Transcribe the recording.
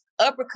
uppercut